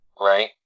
Right